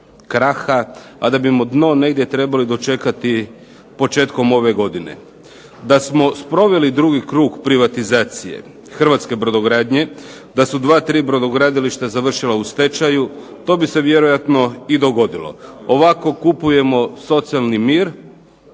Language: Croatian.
kraha, a da bimo dno negdje trebali dočekati početkom ove godine. Da smo sproveli drugi krug privatizacije hrvatske brodogradnje, da su dva, tri brodogradilišta završila u stečaju, to bi se vjerojatno i dogodilo. Ovako kupujemo socijalni mir,